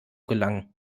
gelangen